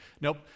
Nope